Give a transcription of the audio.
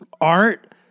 art